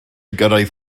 gyrraedd